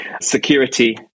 security